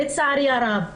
לצערי הרב.